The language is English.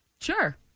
Sure